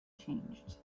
changed